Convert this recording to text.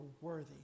worthy